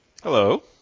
Hello